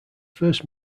first